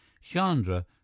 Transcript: Chandra